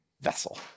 vessel